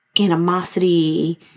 animosity